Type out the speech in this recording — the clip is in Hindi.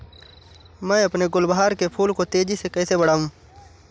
मैं अपने गुलवहार के फूल को तेजी से कैसे बढाऊं?